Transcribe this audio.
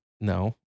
No